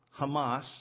Hamas